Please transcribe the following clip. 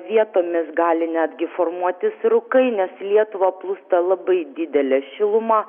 vietomis gali netgi formuotis rūkai nes į lietuvą plūsta labai didelė šiluma